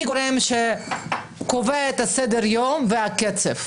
מי הגורם שקובע את סדר היום ואת הקצב.